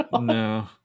No